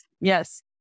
Yes